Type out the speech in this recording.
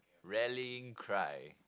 rallying cry